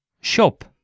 shop